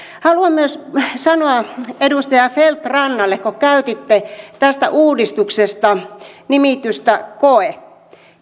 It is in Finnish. haluan myös kysyä edustaja feldt rannalta kun käytitte tästä uudistuksesta nimitystä koe